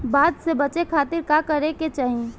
बाढ़ से बचे खातिर का करे के चाहीं?